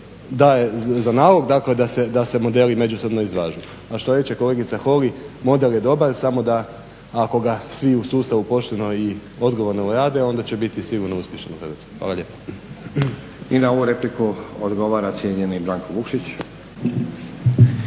daje za nalog, dakle da se modeli međusobno izvažu. A što reće kolegica Holy, model je dobar, samo da, ako ga svi u sustavu pošteno i odgovorno rade, onda će biti sigurno uspješno u Hrvatskoj. Hvala lijepa. **Stazić, Nenad (SDP)** I na ovu repliku odgovara cijenjeni Branko Vukšić.